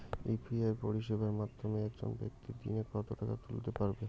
UPI পরিষেবার মাধ্যমে একজন ব্যাক্তি দিনে কত টাকা তুলতে পারবে?